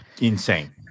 insane